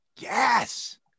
Yes